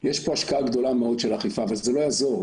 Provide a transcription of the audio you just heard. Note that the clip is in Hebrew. יש פה השקעה גדולה מאוד של אכיפה, וזה לא יעזור.